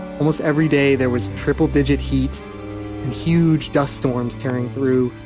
almost every day there was triple digit heat and huge dust storms tearing through,